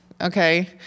okay